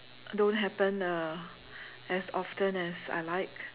don't happen uh as often as I like